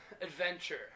Adventure